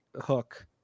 hook